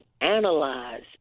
analyze